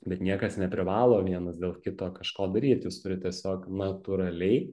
bet niekas neprivalo vienas dėl kito kažko daryt jūs turit tiesiog natūraliai